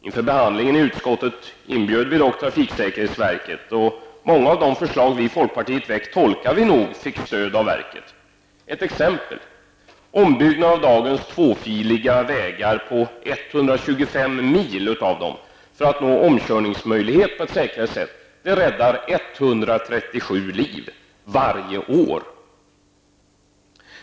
Inför behandlingen i utskottet inbjöd vi dock trafiksäkerhetsverket, och vi tolkar det nog så att många av de förslag som vi i folkpartiet väckt fick stöd av verket, exempelvis en ombyggnad av 125 mil av dagens tvåfiliga vägar för att nå omkörningsmöjligheter på ett säkrare sätt. Det räddar 137 liv varje år.